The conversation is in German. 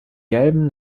gelben